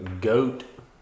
goat